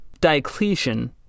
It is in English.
Diocletian